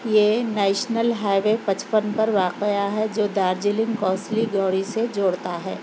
یہ national highway پچپن پر واقعہ ہے جو دارجلنگ کوسلی گوڑی سے جوڑتا ہے